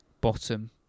bottom